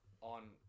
on